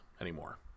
anymore